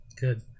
Good